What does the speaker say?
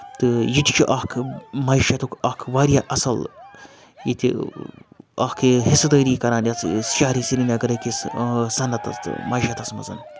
تہٕ ییٚتہِ چھُ اَکھ معشیتُک اَکھ واریاہ اَصٕل ییٚتہِ اَکھ حِصہٕ دٲری کَران یَتھ شہرِ سرینَگَر أکِس صَنعتَس تہٕ معاشَتَس منٛز